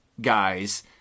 guys